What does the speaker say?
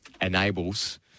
enables